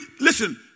listen